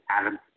Adam